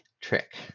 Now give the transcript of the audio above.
trick